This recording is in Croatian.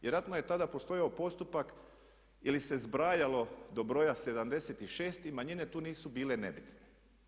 Vjerojatno je tada postojao postupak ili se zbrajalo do broja 76 i manjine tu nisu bile nebitne.